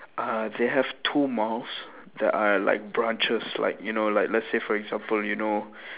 uh they have two malls that are like branches like you know like let's say for example you know